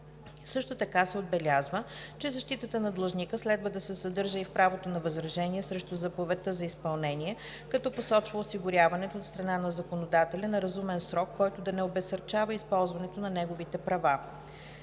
Също така се отбелязва, че защитата на длъжника следва да се съдържа и в правото на възражение срещу заповедта за изпълнение, като посочва осигуряването от страна на законодателя на разумен срок, който да не обезсърчава използването на неговите права.